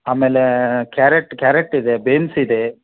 ಆಮೇಲೆ carrot carrot ಇದೆ beans ಇದೆ